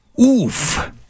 Oof